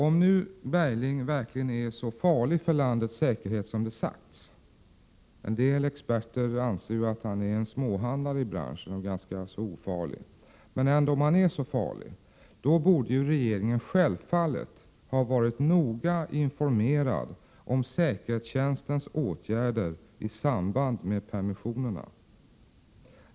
Om im nu Bergling verkligén är så farlig för landets säkerhet som det har sagts — en del experter anser ju att han är en småhandlare i branschen och ganska ofarlig — borde regeringen självfallet ha varit noga informerad om säkerhetstjäns — Berglingfallet tens åtgärder i samband med permissionerna.